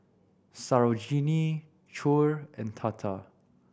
Sarojini Choor and Tata